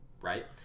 right